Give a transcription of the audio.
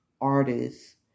artists